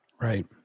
Right